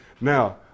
Now